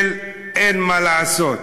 של אין מה לעשות,